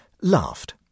laughed